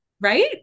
Right